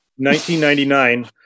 1999